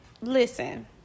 listen